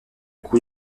coût